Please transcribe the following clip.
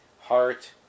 heart